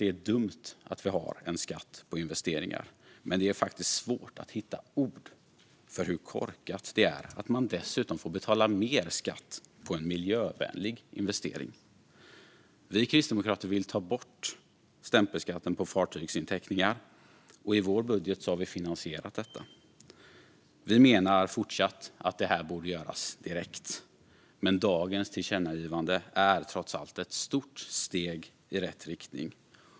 Det är dumt att vi har en skatt på investeringar, men det är faktiskt svårt att hitta ord för hur korkat det är att man dessutom får betala mer skatt på en miljövänlig investering. Vi kristdemokrater vill ta bort stämpelskatten på fartygsinteckningar, och i vår budget har vi finansierat detta. Vi menar fortsatt att det här borde göras direkt, men dagens tillkännagivande är trots allt ett stort steg i rätt riktning.